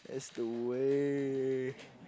the way